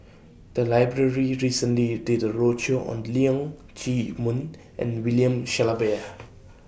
The Library recently did A roadshow on Leong Chee Mun and William Shellabear